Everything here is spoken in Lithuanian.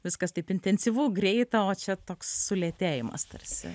viskas taip intensyvu greita o čia toks sulėtėjimas tarsi